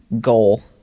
goal